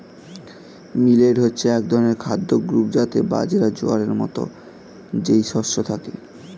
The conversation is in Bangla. মিলেট হচ্ছে এক ধরনের খাদ্য গ্রূপ যাতে বাজরা, জোয়ারের মতো যেই শস্য থাকে